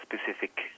specific